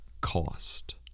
cost